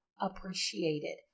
appreciated